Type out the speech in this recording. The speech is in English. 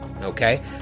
Okay